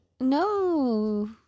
No